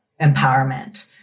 empowerment